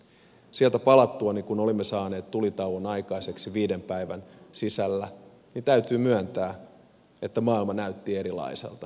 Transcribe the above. sieltä palattuani kun olimme saaneet tulitauon aikaiseksi viiden päivän sisällä täytyy myöntää maailma näytti erilaiselta